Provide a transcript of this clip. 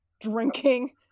drinking